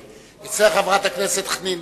חברת הכנסת זועבי,